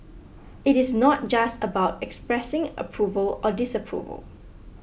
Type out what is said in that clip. it is not just about expressing approval or disapproval